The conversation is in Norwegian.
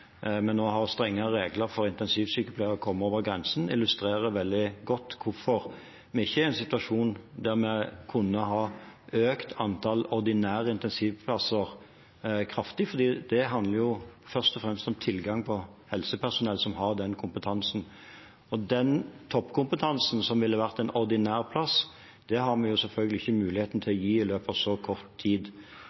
nå har strengere regler for at intensivsykepleiere kan komme over grensen, veldig godt illustrerer hvorfor vi ikke er i en situasjon der vi kunne ha økt antallet ordinære intensivplasser kraftig, for det handler jo først og fremst om tilgang på helsepersonell som har den kompetansen. Den toppkompetansen som ville vært en ordinær plass, har vi selvfølgelig ikke mulighet til å gi i løpet av så kort tid.